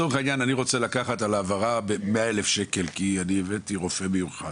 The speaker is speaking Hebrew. אם לדוגמה אני דורש 100,000 שקלים בגין העברה כי הבאתי רופא מיוחד,